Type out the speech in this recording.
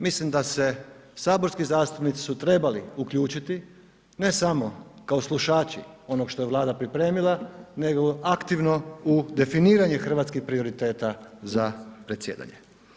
Mislim da se saborski zastupnici su trebali uključiti ne samo kao slušači onog što je Vlada pripremila nego aktivno u definiranje hrvatskih prioriteta za predsjedanje.